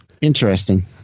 interesting